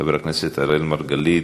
חבר הכנסת אראל מרגלית,